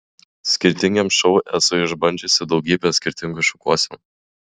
skirtingiems šou esu išbandžiusi daugybę skirtingų šukuosenų